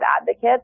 advocates